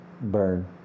burn